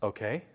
Okay